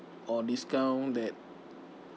or discount that